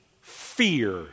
fear